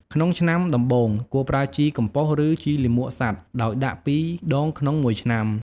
ក្នុងឆ្នាំដំបូង គួរប្រើជីកំប៉ុស្តិ៍ ឬជីលាមកសត្វ ដោយដាក់ ២ ដងក្នុងមួយឆ្នាំ។